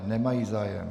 Nemají zájem.